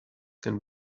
can